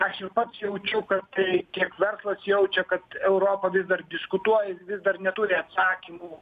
aš jau pats jaučiu kad tai tiek verslas jaučia kad europa vis dar diskutuoja ir vis dar neturi atsakymų